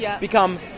become